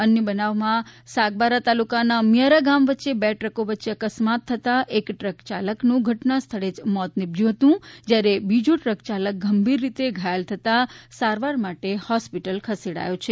અન્ય બનાવમાં સાગબારા તાલુકાનાં અમિયારા ગામ વચ્ચે બે ટ્રકો વચ્ચે અકસ્માત થતા એક ટ્રક યાલકનું ધટના સ્થળે જ મોત નીપજ્યું છે ત્યારે બીજો ટ્રક યાલક ગંભીર રીતે ધાયલ થતાં સારવાર માટે હોસ્પીટલ ખસેડાયો છે